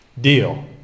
deal